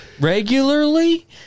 regularly